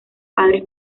padres